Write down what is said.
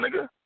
nigga